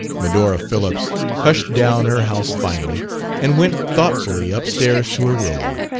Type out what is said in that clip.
medora phillips hushed down her house finally and went thoughtfully up stairs to her room.